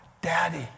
Daddy